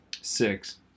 Six